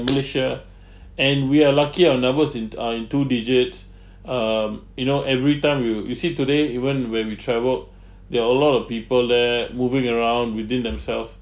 in malaysia and we are lucky our numbers in uh in two digits um you know every time you you see today even when we travelled there are a lot of people there moving around within themselves